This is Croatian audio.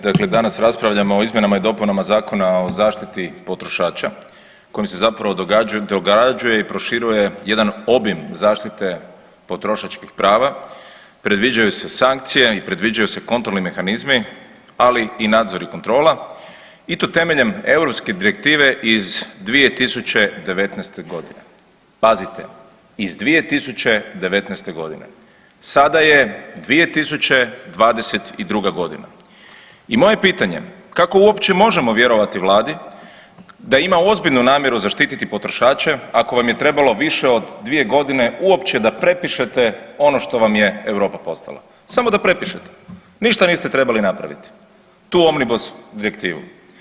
Dakle, danas raspravljamo o izmjenama i dopunama Zakona o zaštiti potrošača kojim se zapravo dograđuje i proširuje jedan obim zaštite potrošačkih prava, predviđaju se sankcije i predviđaju se kontrolni mehanizmi i nadzori kontrola i to temeljem Europske direktive iz 2019.g., pazite iz 2019.g. Sada je 2022.g. i moje pitanje kako uopće možemo vjerovati Vladi da ima ozbiljnu namjeru zaštiti potrošače ako vam je trebalo više od dvije godine u opće da prepišete ono što vam je Europa poslala, samo da prepišete, ništa niste trebali napraviti tu Omnibus direktivu.